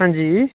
अंजी